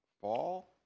fall